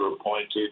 appointed